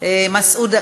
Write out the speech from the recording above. מסעוד גנאים,